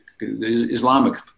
islamic